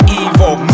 evil